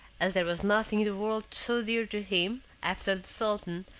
as there was nothing in the world so dear to him, after the sultan,